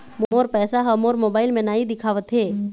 मोर पैसा ह मोर मोबाइल में नाई दिखावथे